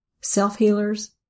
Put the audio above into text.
self-healers